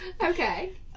okay